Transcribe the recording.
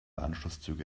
anschlusszüge